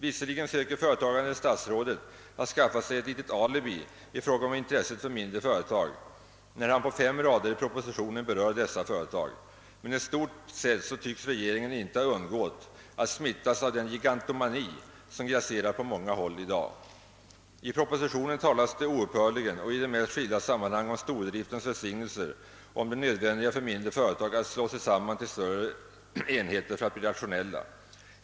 Visserligen söker föredragande statsrådet att skaffa sig ett litet alibi i fråga om intresset för mindre företag, när han på fem rader i propositionen berör dessa företag, men i stort tycks regeringen icke ha undgått att smittas av den »gigantomani», som grasserar på många håll i dag. I propositionen talas det oupphörligen och i de mest skilda sammanhang om stordriftens välsignelser och om det nödvändiga för mindre företag att slå sig samman till större enheter för att bli rationella.